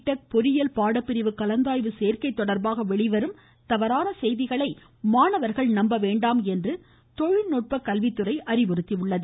tech பொறியியல் பாடப்பிரிவு கலந்தாய்வு சேர்க்கை தொடர்பாக வெளிவரும் தவறான செய்திகளை மாணவர்கள் நம்ப வேண்டாம் என்று தொழில்நுட்ப கல்வித்துறை அறிவுறுத்தியுள்ளது